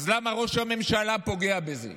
אז למה ראש הממשלה פוגע בזה?